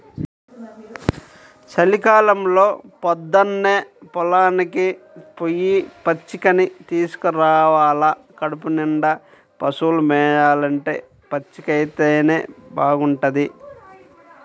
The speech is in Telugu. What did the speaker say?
చలికాలంలో పొద్దన్నే పొలానికి పొయ్యి పచ్చికని తీసుకురావాల కడుపునిండా పశువులు మేయాలంటే పచ్చికైతేనే బాగుంటది